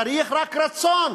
צריך רק רצון.